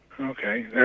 Okay